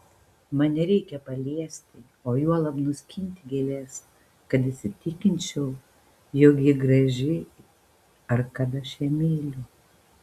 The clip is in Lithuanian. man nereikia paliesti o juolab nuskinti gėlės kad įsitikinčiau jog ji graži ar kad aš ją myliu